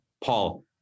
Paul